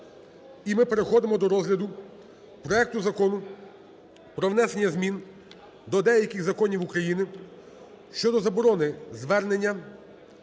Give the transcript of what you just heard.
І ми переходимо до розгляду проекту Закону про внесення змін до деяких законів України щодо заборони звернення